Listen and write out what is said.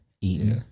eating